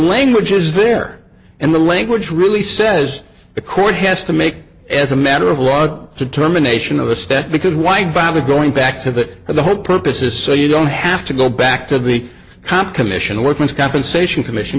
language is there and the language really says the court has to make as a matter of law a determination of the step because why bother going back to that for the whole purposes so you don't have to go back to the comp commission workman's compensation commission